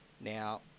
Now